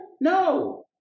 No